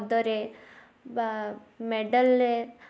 ପଦରେ ବା ମେଡ଼ାଲ